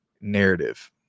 narrative